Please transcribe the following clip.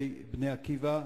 תלמידי "בני עקיבא",